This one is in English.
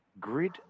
Grid